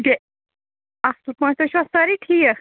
تے اَصٕل پٲٹھۍ تُہۍ چھُوَ سٲری ٹھیٖک